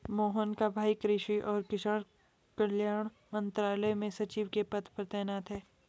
मोहन का भाई कृषि और किसान कल्याण मंत्रालय में सचिव के पद पर तैनात है